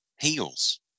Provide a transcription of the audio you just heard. heels